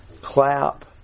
Clap